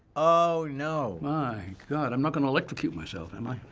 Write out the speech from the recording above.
oh no. my god. i'm not gonna electrocute myself, am i?